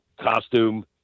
costume